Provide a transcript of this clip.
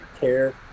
care